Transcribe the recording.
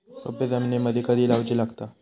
रोपे जमिनीमदि कधी लाऊची लागता?